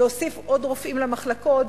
להוסיף עוד רופאים למחלקות,